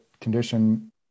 condition